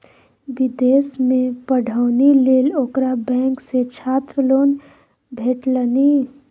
विदेशमे पढ़ौनी लेल ओकरा बैंक सँ छात्र लोन भेटलनि